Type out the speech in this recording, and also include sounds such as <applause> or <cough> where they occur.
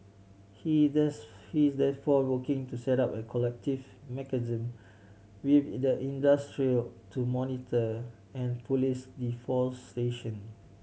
he is this <unintelligible> he is therefore rocking to set up a collective mechanism with the industry to monitor and police deforestation